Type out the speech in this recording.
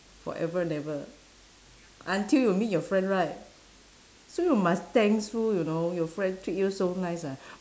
forever and ever until you meet your friend right so you must thankful you know your friend treat you so nice ah